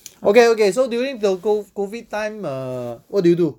okay okay so during the co~ COVID time uh what did you do